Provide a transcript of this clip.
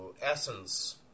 essence